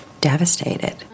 devastated